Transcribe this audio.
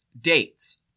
dates